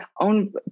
own